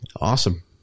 Awesome